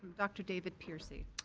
dr. david peercy.